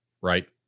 right